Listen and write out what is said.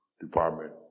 Department